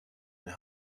and